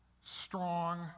strong